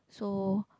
so